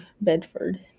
Bedford